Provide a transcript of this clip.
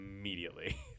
immediately